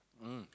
mm